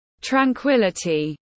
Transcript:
tranquility